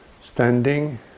standing